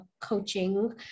coaching